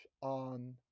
on